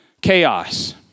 chaos